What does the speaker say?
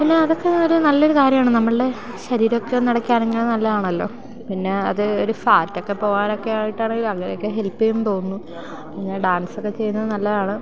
അല്ല അതൊക്കെ ഒരു നല്ലൊരു കാര്യമാണ് നമ്മളുടെ ശരീരമൊക്കെ ഒന്നിളക്കി അനങ്ങിയാൽ നല്ലതാണല്ലോ പിന്നെ അത് ഒരു ഫാറ്റൊക്കെ പോവാനൊക്കെ ആയിട്ടാണെങ്കിൽ അങ്ങനെയൊക്കെ ഹെൽപ്പ് ചെയ്യും എന്നു തോന്നുന്നു അങ്ങനെ ഡാൻസൊക്കെ ചെയ്യുന്നത് നല്ലതാണ്